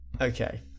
okay